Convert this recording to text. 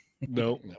No